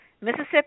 Mississippi